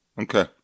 Okay